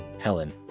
Helen